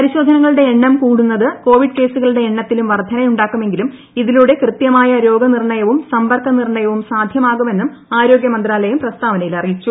പരിശോധനകളുടെ എണ്ണം കൂടുന്നത് കോവിഡ് കേസുകളുടെ എണ്ണത്തിലും വർദ്ധനയുണ്ടാക്കുമെങ്കിലും ഇതിലൂടെ കൃത്യമായ രോഗനിർണയവും സമ്പർക്ക നിയന്ത്രണവും സാധ്യമാകുമെന്നും ആരോഗ്യമന്ത്രാലയം പ്രസ്താവനയിൽ അറിയിച്ചു